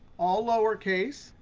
all lowercase.